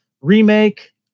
remake